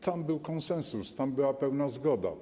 Tam był konsensus, tam była pełna zgoda.